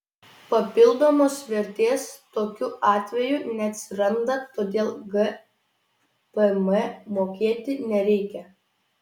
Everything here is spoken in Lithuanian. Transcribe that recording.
papildomos vertės tokiu atveju neatsiranda todėl gpm mokėti nereikia